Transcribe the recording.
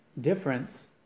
difference